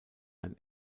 ein